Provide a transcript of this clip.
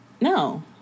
no